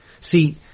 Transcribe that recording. See